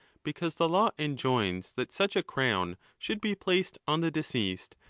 because the law enjoins that such a crown should be placed on the deceased,